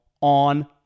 on